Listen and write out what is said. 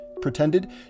pretended